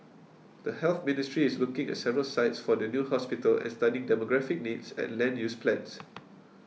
the Health Ministry is looking at several sites for the new hospital and studying demographic needs and land use plans